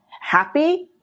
happy